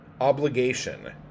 obligation